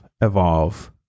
evolve